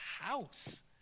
house